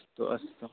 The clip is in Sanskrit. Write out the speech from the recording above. अस्तु अस्तु